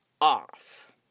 off